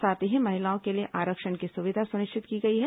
साथ ही महिलाओं के लिए आरक्षण की सुविधा सुनिश्चित की गई है